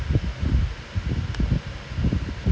ya I think so lah should be it's just like